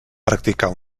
practicar